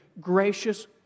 gracious